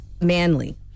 manly